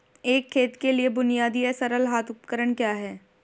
एक खेत के लिए बुनियादी या सरल हाथ उपकरण क्या हैं?